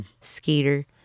Skeeter